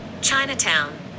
Chinatown